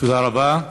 תודה רבה.